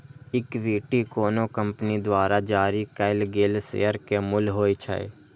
equity कोनो company द्वारा जारी कैल गेल शेयर के मूल्य होइ छै